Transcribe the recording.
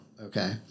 okay